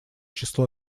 число